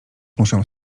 muszę